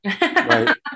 right